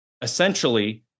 essentially